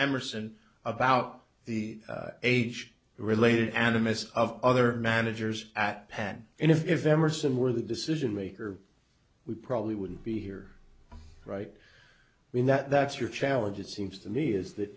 emerson about the age related and a mist of other managers at penn and if emerson were the decision maker we probably wouldn't be here right i mean that's your challenge it seems to me is that